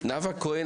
כהן